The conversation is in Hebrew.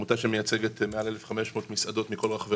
עמותה שמייצגת מעל 1,500 מסעדות בכל רחבי